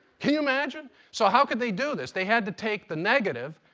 can you imagine? so how could they do this? they had to take the negative,